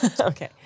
Okay